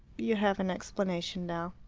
you have an explanation now.